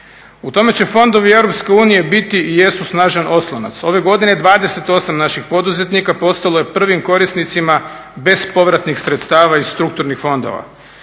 U tome će fondovi EU biti i jesu snažan oslonac. Ove godine 28 naših poduzetnika postalo je prvim korisnicima bespovratnih sredstava iz strukturnih fondova.